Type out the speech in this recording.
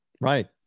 Right